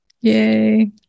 Yay